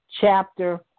chapter